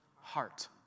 heart